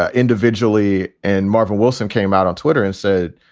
ah individually. and marvin wilson came out on twitter and said,